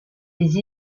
les